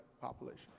population